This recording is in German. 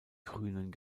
grünen